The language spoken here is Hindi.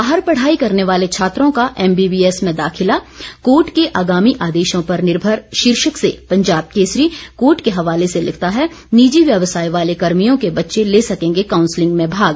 बाहर पढ़ाई करने वाले छात्रों का एम बी बी एस में दाखिला कोर्ट के आगामी आदेशों पर निर्मर शीर्षक से पंजाब केसरी कोर्ट के हवाले से लिखता है निजी व्यवसाय वाले कर्भियों के बच्चे ले सकेंगे काउंसलिंग में भाग